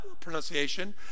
pronunciation